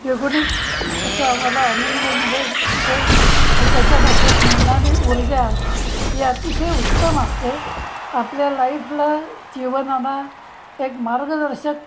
द्विगुणित असा आम्हाला आनंद मिड असतो आणि त्याच्यापासून मिळणारी ऊर्जा ही अतिशय उत्तम असते आपल्या लाईफला जीवनाला एक मार्गदर्शक